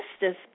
Justice